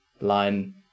line